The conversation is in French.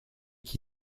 qui